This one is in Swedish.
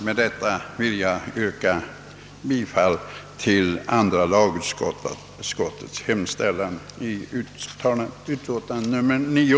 Med dessa ord yrkar jag bifall till andra lagutskottets hemställan i utlåtande nr 9.